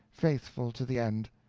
faithful to the end.